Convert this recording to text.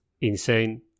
insane